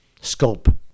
scope